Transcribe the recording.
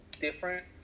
different